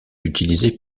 utilisé